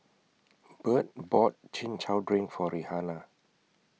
Burt bought Chin Chow Drink For Rihanna